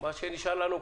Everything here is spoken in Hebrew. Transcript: ממוסקבה,